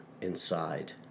inside